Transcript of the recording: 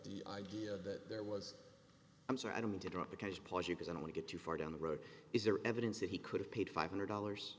the idea that there was i'm sorry i don't mean to drop the case plus you can only get too far down the road is there evidence that he could have paid five hundred dollars